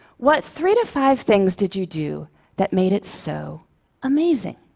what three to five things did you do that made it so amazing?